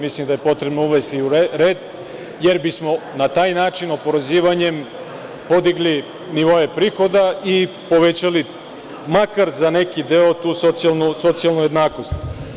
Mislim da je potrebno to uvesti u red, jer bismo na taj način, oporezivanjem, podigli nivoe prihoda i povećali makar za neki deo tu socijalnu jednakost.